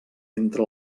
entre